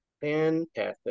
Fantastic